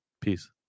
Peace